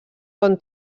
bon